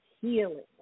healing